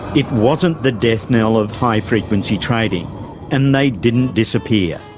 it wasn't the death knell of high-frequency trading and they didn't disappear.